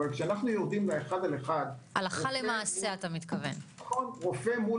אבל כשיורדים לאחד על אחד - רופא מול